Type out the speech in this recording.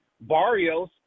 Barrios